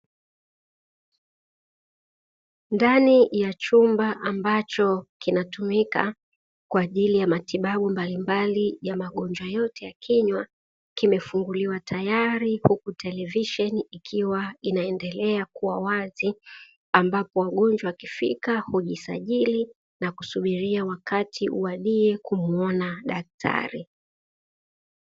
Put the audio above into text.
Ndani ya chumba ambacho kinatumika kwa ajili ya matibabu mbalimbali ya magonjwa yote ya kinywa kimefunguliwa tayari huku televisheni ikiwa inaendelea kuwa wazi ambapo wagonjwa wakifika hujisajili na kusubiria wakati uwadie kumuona daktari.